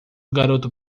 garoto